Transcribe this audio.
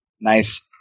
Nice